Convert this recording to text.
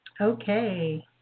Okay